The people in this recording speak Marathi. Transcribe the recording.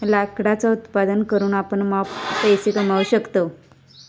लाकडाचा उत्पादन करून आपण मॉप पैसो कमावू शकतव